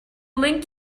link